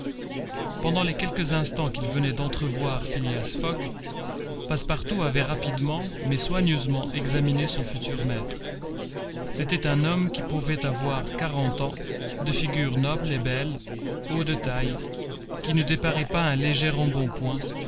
pendant les quelques instants qu'il venait d'entrevoir phileas fogg passepartout avait rapidement mais soigneusement examiné son futur maître c'était un homme qui pouvait avoir quarante ans de figure noble et belle haut de taille que ne déparait pas un léger embonpoint